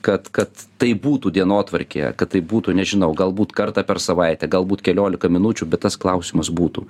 kad kad tai būtų dienotvarkė kad tai būtų nežinau galbūt kartą per savaitę galbūt keliolika minučių bet tas klausimas būtų